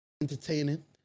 Entertaining